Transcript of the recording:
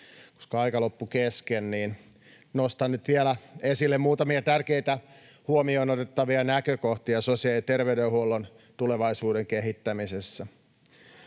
koska aika loppui kesken, nostan nyt vielä esille muutamia tärkeitä huomioon otettavia näkökohtia sosiaali- ja terveydenhuollon tulevaisuuden kehittämisessä.